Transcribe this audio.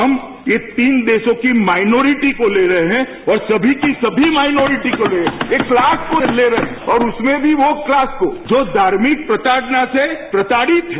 हम एक तीन देशों की माइनॉरटी को ले रहे हैं और सभी की सभी माइनॉरटी को ले रहे हैं एक क्लास को ले रहे हैं और उसमें भी वो क्लास को जो धार्मिक प्रताइना से प्रताड़ित है